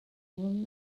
room